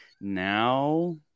now